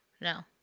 no